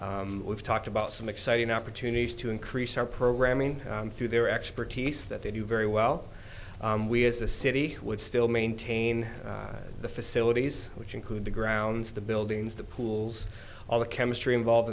summer we've talked about some exciting opportunities to increase our programming through their expertise that they do very well we as a city which still maintain the facilities which include the grounds the buildings the pools all the chemistry involved